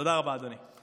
תודה רבה, אדוני.